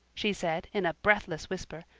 she said, in a breathless whisper,